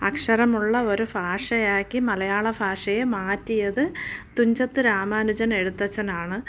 അക്ഷരമുള്ള ഒരു ഭാഷയാക്കി മലയാള ഭാഷയെ മാറ്റിയത് തുഞ്ചത്ത് രാമാനുജൻ എഴുത്തച്ഛനാണ്